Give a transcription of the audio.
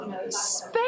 Space